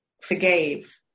forgave